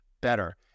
better